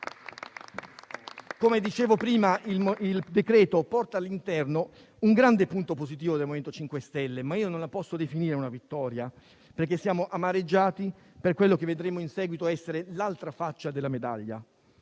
Come dicevo prima, il decreto porta all'interno un grande punto positivo del MoVimento 5 Stelle, anche se non posso definirla una vittoria, perché siamo amareggiati per quello che vedremo in seguito essere l'altra faccia della medaglia.